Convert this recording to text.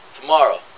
tomorrow